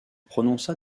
prononça